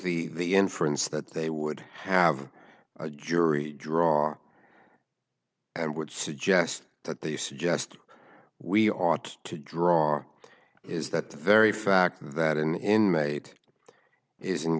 the the inference that they would have a jury draw and would suggest that they suggest we ought to draw is that the very fact that an inmate is